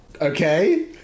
Okay